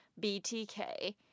BTK